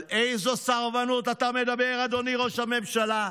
על איזו סרבנות אתה מדבר, אדוני ראש הממשלה?